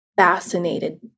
Fascinated